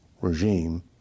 regime